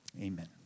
Amen